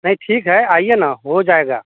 नहीं ठीक है आइए नाहो जाएगा